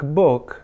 book